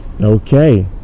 Okay